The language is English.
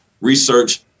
Research